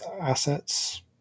assets